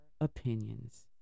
opinions